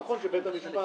זה נכון שבית המשפט